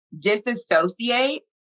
disassociate